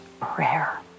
Prayer